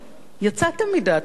יצאתם מדעתכם?